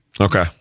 Okay